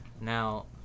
Now